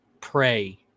pray